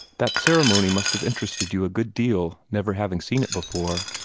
that ceremony must have interested you a good deal, never having seen it before.